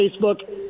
Facebook